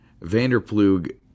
Vanderplug